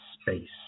space